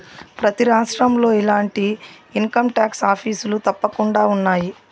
ప్రతి రాష్ట్రంలో ఇలాంటి ఇన్కంటాక్స్ ఆఫీసులు తప్పకుండా ఉన్నాయి